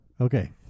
Okay